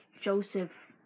Joseph